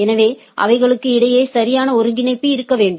எனவே அவைகளுக்கு இடையே சரியான ஒருங்கிணைப்பு இருக்க வேண்டும்